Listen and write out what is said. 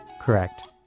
Correct